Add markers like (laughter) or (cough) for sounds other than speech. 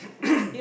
(coughs)